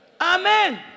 Amen